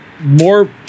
more